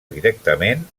directament